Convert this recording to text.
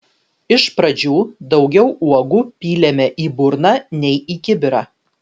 iš pradžių daugiau uogų pylėme į burną nei į kibirą